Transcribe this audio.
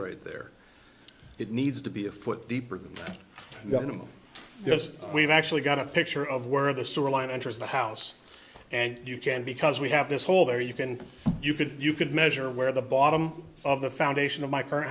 right there it needs to be a foot deeper than the minimum because we've actually got a picture of where the sewer line enters the house and you can because we have this hole there you can you could you could measure where the bottom of the foundation of my current